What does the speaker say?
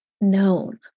known